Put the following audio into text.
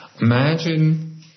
Imagine